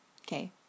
okay